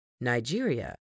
Nigeria